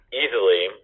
easily